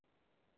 hello हंजी बोल्लो